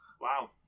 Wow